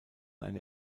eine